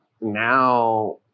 now